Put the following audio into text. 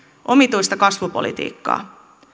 omituista kasvupolitiikkaa